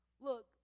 Look